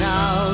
Now